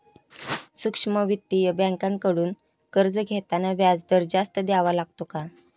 सूक्ष्म वित्तीय बँकांकडून कर्ज घेताना व्याजदर जास्त द्यावा लागतो का?